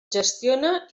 gestiona